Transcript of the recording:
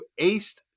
aced